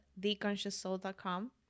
theconscioussoul.com